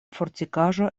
fortikaĵo